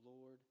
Lord